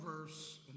verse